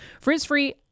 Frizz-free